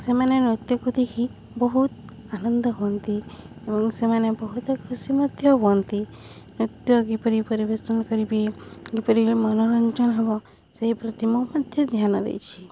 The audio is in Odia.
ସେମାନେ ନୃତ୍ୟକୁ ଦେଖି ବହୁତ ଆନନ୍ଦ ହୁଅନ୍ତି ଏବଂ ସେମାନେ ବହୁତ ଖୁସି ମଧ୍ୟ ହୁଅନ୍ତି ନୃତ୍ୟ କିପରି ପରିବେଷନ କରିବେ କିପରି ମନୋରଞ୍ଜନ ହବ ସେହି ପ୍ରତି ମୁଁ ମଧ୍ୟ ଧ୍ୟାନ ଦେଇଛି